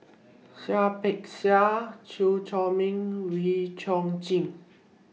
Seah Peck Seah Chew Chor Meng Wee Chong Jin